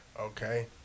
okay